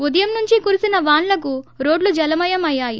ఉదయం నుంచి కురిసిన వాన్లకు రోడ్లు జలమయం అయ్యాయి